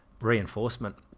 Reinforcement